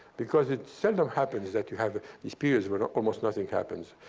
because it seldom happens that you have these periods where almost nothing happens.